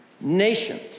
nations